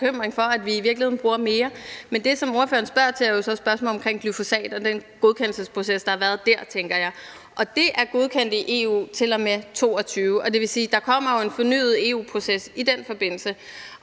det er godkendt i EU til og med 2022. Det vil sige, at der kommer en fornyet EU-proces i den forbindelse.